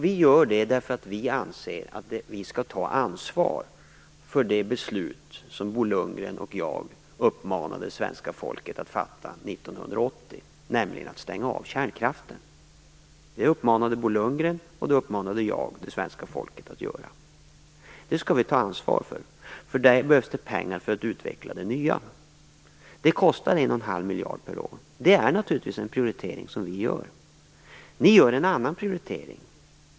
Vi gör det därför att vi anser att vi skall ta ansvar för det beslut som Bo Lundgren och jag uppmanade svenska folket att fatta 1980, nämligen att stänga av kärnkraften. Det uppmanade Bo Lundgren och det uppmanade jag det svenska folket att göra. Det skall vi ta ansvar för. Därför behövs det pengar för att utveckla det nya. Det kostar en och en halv miljard per år. Det är naturligtvis en prioritering som vi gör. Ni gör en annan prioritering.